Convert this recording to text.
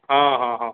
ହଁ ହଁ ହଁ